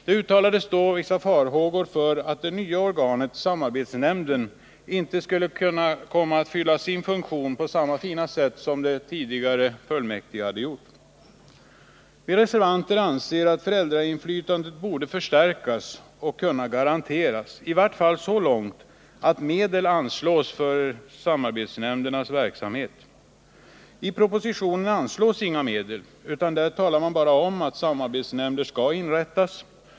Det uttalades då vissa farhågor för att det nya organet, samarbetsnämnden, inte skulle komma att fylla sin funktion på samma fina sätt som det tidigare fullmäktige har gjort. Vi reservanter anser att föräldrainflytandet borde förstärkas och kunna garanteras, i varje fall så långt att medel anslås för samarbetsnämndernas verksamhet. I propositionen anslås inga medel, utan där sägs bara att samarbetsnämnder skall inrättas.